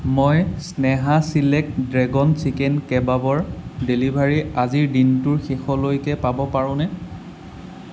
মই Sneha select dragon chicken কেবাবৰ delivery আজিৰ দিনটোৰ শেষলৈকে পাব পাৰোঁনে